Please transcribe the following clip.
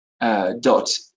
dot